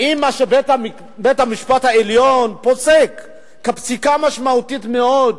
האם מה שבית-המשפט העליון פוסק כפסיקה משמעותית מאוד,